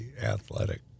athletic